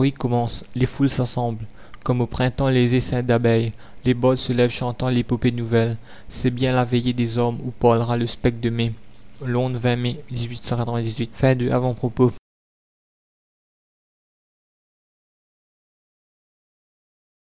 commencent les foules s'assemblent comme au printemps les essaims d'abeilles les bardes se lèvent chantant l'épopée nouvelle c'est bien la veillée des armes où parlera le spectre de mai